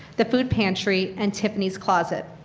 the food pantry, and tiffany's closet.